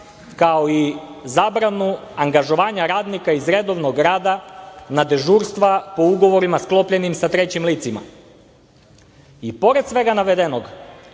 kao i zabranu angažovanja radnika iz redovnog rada na dežurstva po ugovorima sklopljenim sa drugim licima. Pored svega navedenog